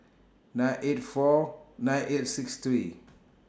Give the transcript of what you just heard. nine eight four nine eight six three